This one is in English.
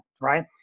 right